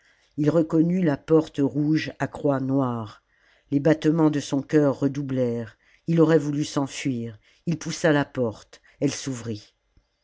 ii reconnut la porte rouge à croix noire les battements de son cœur redoublèrent ii aurait voulut s'enfuir ii poussa la porte elle s'ouvrit